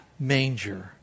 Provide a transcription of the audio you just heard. manger